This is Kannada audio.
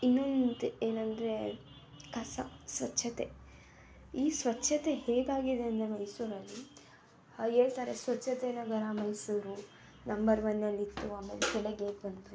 ಇನ್ನೊಂದು ಏನಂದರೆ ಕಸ ಸ್ವಚ್ಛತೆ ಈ ಸ್ವಚ್ಛತೆ ಹೇಗಾಗಿದೆ ಅಂದರೆ ಮೈಸೂರಲ್ಲಿ ಹೇಳ್ತಾರೆ ಸ್ವಚ್ಛತೆ ನಗರ ಮೈಸೂರು ನಂಬರ್ ಒನ್ ಅಲ್ಲಿ ಇತ್ತು ಆಮೇಲೆ ಕೆಳಗೆ ಹೇಗ್ ಬಂತು ಅಂತ